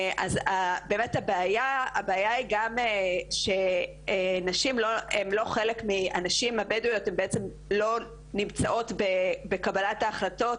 הבעיה היא גם שהנשים הבדוויות לא נמצאות בעמדות קבלת ההחלטות,